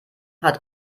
hat